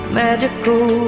magical